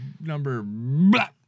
number